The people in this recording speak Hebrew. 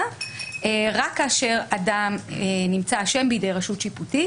רק כאשר אדם נמצא אשם בידי רשות שיפוטית